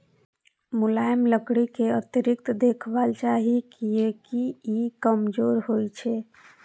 मुलायम लकड़ी कें अतिरिक्त देखभाल चाही, कियैकि ई कमजोर होइ छै